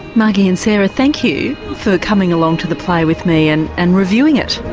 margie and sarah, thank you for coming along to the play with me and and reviewing it.